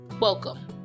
Welcome